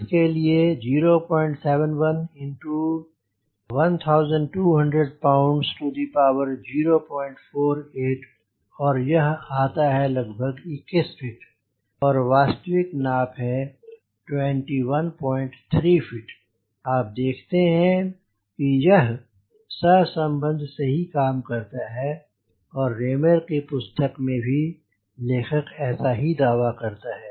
इसके लिए 0 71 into 1200 pounds to the power 048 और यह आता है लगभग 21 फ़ीट और वास्तविक नाप है 21 3 फ़ीट आप देखते हैं यह सहसम्बन्ध सही काम करता है और रेमेर की पुस्तक में भी लेखक ऐसा ही दावा करता है